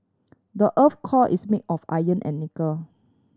the earth's core is made of iron and nickel